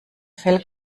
fell